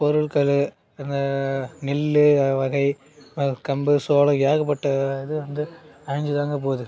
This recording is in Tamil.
பொருட்கள் இந்த நெல் வகை கம்பு சோளம் ஏகப்பட்ட இது வந்து அழிஞ்சிதாங்கப் போகுது